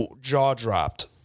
jaw-dropped